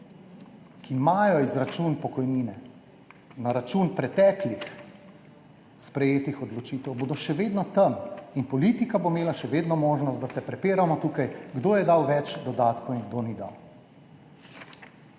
ki imajo izračun pokojnine na račun preteklih sprejetih odločitev, bodo še vedno tam in politika bo imela še vedno možnost, da se prepiramo tukaj, kdo je dal več dodatkov in kdo ni dal.